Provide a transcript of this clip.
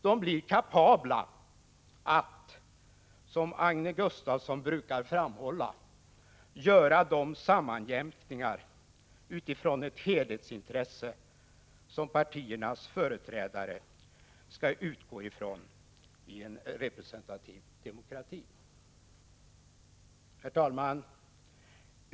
De blir kapabla att, som Agne Gustafsson brukar framhålla, ”göra de sammanjämkningar utifrån ett helhetsintresse, som partiernas företrädare skall utgå ifrån i en representativ demokrati”. Herr talman!